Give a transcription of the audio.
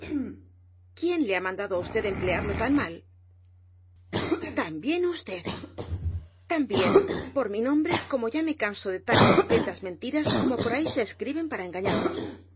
quién le ha mandado á usted emplearlo tan mal también usted también por mi nombre como ya me canso de tan estupendas mentiras como por ahí se escriben para engañarnos